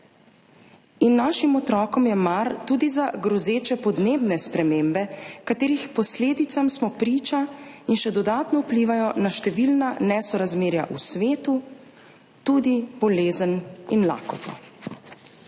In našim otrokom je mar tudi za grozeče podnebne spremembe, katerih posledicam smo priče in še dodatno vplivajo na številna nesorazmerja v svetu, tudi bolezen in lakoto.